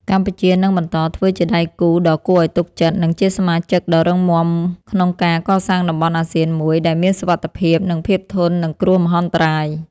កម្ពុជានឹងបន្តធ្វើជាដៃគូដ៏គួរឱ្យទុកចិត្ត និងជាសមាជិកដ៏រឹងមាំក្នុងការកសាងតំបន់អាស៊ានមួយ ដែលមានសុវត្ថិភាព និងភាពធន់នឹងគ្រោះមហន្តរាយ។